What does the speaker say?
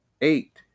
eight